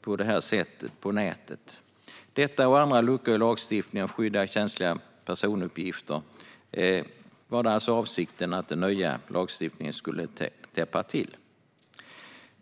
på det sättet på nätet. Denna lucka och andra luckor i lagstiftningen i fråga om att skydda känsliga personuppgifter var det alltså avsikten att den nya lagstiftningen skulle täppa till.